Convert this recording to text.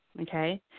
Okay